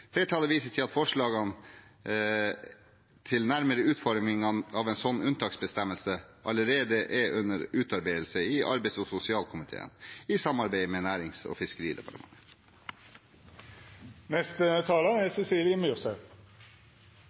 Flertallet viser til at forslag til nærmere utforming av en slik unntaksbestemmelse allerede er under utarbeidelse i Arbeids- og sosialdepartementet, i samarbeid med Nærings- og fiskeridepartementet. Arbeiderpartiet har fremmet dette forslaget fordi vi er